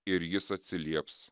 ir jis atsilieps